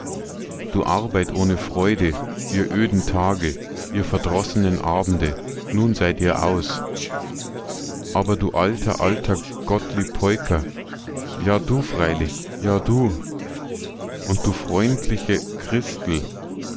du arbeit ohne freude ihr öden tage ihr verdrossenen abende nun seid ihr aus aber du alter alter gottlieb peuker ja du freilich ja du und du freundliche christel